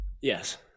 yes